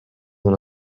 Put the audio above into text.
dans